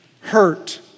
hurt